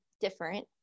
different